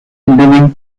living